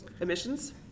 emissions